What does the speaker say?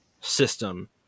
system